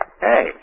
Hey